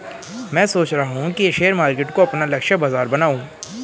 मैं सोच रहा हूँ कि शेयर मार्केट को अपना लक्ष्य बाजार बनाऊँ